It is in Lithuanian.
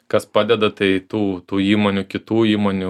kas padeda tai tų tų įmonių kitų įmonių